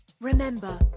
Remember